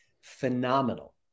phenomenal